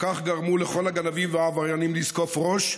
בכך גרמו לכל הגנבים והעבריינים לזקוף ראש,